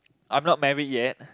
I'm not married yet